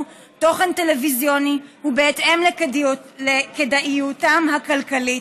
תוכן טלוויזיוני ובהתאם לכדאיותם הכלכלית.